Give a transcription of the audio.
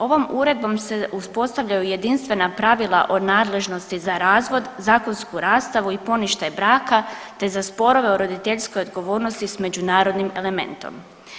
Ovom uredbom se uspostavljaju jedinstvena pravila o nadležnosti za razvod, zakonsku rastavu i poništaj braka, te za sporove o roditeljskoj odgovornosti s međunarodnim elementom.